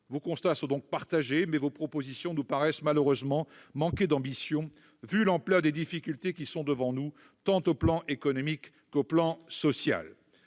nous partageons donc vos constats, vos propositions nous paraissent malheureusement manquer d'ambition, vu l'ampleur des difficultés qui sont devant nous, tant sur le plan économique que sur le plan social.